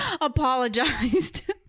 apologized